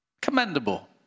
Commendable